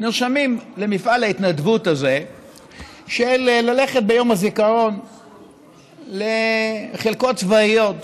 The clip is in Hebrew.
נרשמים למפעל ההתנדבות הזה של ללכת ביום הזיכרון לחלקות צבאיות